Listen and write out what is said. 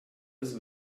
his